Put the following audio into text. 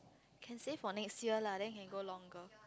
can save for next year lah then can go longer